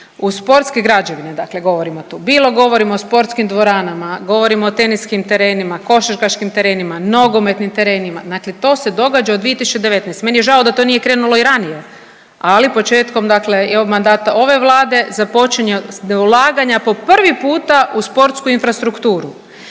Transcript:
U sportske građevine dakle govorimo tu, bilo govorimo o sportskim dvoranama, govorimo o teniskim terenima, košarkaških terenima, nogometnim terenima, dakle to se događa od 2019., meni je žao da to nije krenulo i ranije, ali početkom dakle i ovog mandata ove Vlade započinje ulaganja po prvi puta u sportsku infrastrukturu.